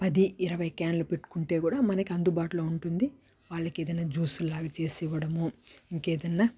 ఒక పది ఇరవై క్యాన్లు పెట్టుకుంటే కూడా మనకి అందుబాటులో ఉంటుంది వాళ్ళకి ఏదైనా జ్యూసులాగా చేసి ఇవ్వడము ఇంకేదన్నా